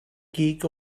gig